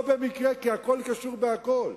לא במקרה, כי הכול קשור בכול.